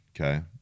Okay